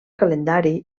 calendari